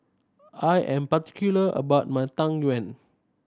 I am particular about my Tang Yuen